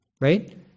right